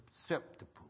susceptible